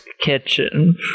kitchen